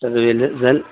railway زن